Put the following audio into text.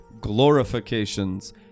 glorifications